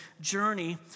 journey